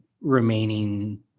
Remaining